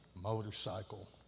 motorcycle